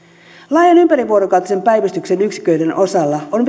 laajan ympärivuorokautisen päivystyksen yksiköiden osalla on